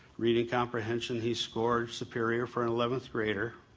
reading comprehension, he scored superior for an eleventh grader,